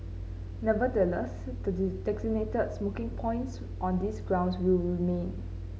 nevertheless the designated smoking points on these grounds will remain